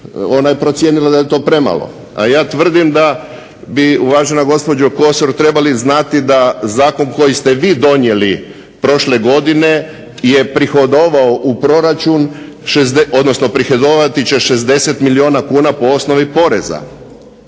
ona je procijenila da je to premalo. A ja tvrdim da bi uvažena gospođo Kosor trebali znati da zakon koji ste vi donijeli prošle godine je prihodovao u proračun, odnosno prihodovati će 60 milijuna kuna po osnovi poreza,